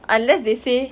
unless they say